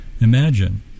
imagine